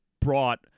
brought